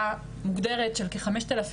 ליזה ניקולאיצ'וק מאיגוד מרכזי הסיוע.